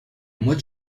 mois